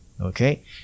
okay